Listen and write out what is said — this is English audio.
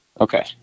Okay